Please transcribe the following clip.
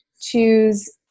choose